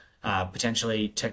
potentially